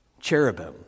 Cherubim